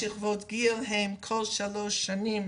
שכבות הגיל הן כל שלוש שנים,